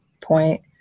point